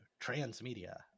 transmedia